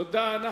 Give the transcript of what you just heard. תודה.